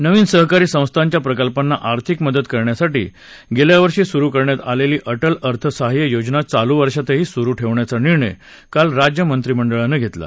नवीन सहकारी संस्थांच्या प्रकल्पांना आर्थिक मदत करण्यासाठी गेल्या वर्षी सुरू करण्यात आलेली अटल अर्थसहाय्य योजना चालू वर्षातही सुरू ठेवण्याचा निर्णय काल राज्य मंत्रिमंडळानं घेतला